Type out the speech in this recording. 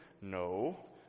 No